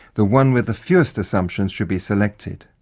the one with the fewest assumptions should be selected.